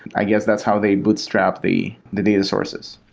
i guess that's how they bootstrap the the data sources.